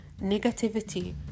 negativity